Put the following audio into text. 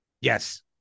Yes